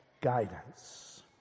guidance